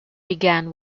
began